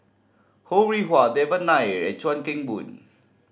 Ho Rih Hwa Devan Nair and Chuan Keng Boon